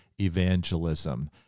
evangelism